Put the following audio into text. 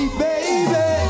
baby